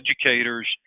educators